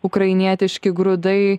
ukrainietiški grūdai